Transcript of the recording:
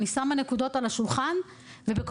אני שמה נקודות על השולחן,